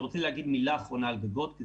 אני רוצה להגיד מילה אחרונה על גגות,